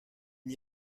n’y